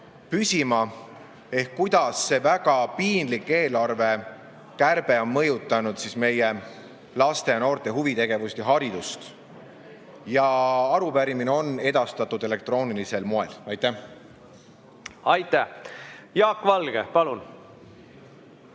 püsima, ehk kuidas see väga piinlik eelarvekärbe on mõjutanud meie laste ja noorte huvitegevust ja ‑haridust. Arupärimine on edastatud elektroonilisel moel. Aitäh! Aitäh! Jaak Valge, palun!